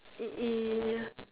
ya